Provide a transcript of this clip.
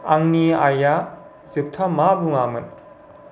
आंनि आइया जोबथा मा बुङामोन